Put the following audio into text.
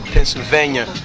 Pennsylvania